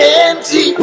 empty